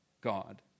God